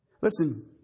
Listen